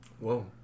Whoa